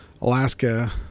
Alaska